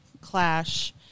clash